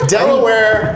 Delaware